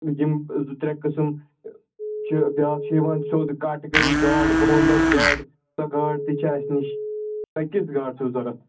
یِم زٕ ترٛےٚ قٕسٕم چھِ بیٛاکھ چھِ یِوان سیوٚد کَٹ کٔرِتھ گاڈ بون لٮ۪س گاڈٕ سۄ گاڈ تہِ چھِ اَسہِ نِش تۄہہِ کِژھ گاڈ چھو ضوٚرَتھ